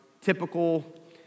typical